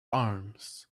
arms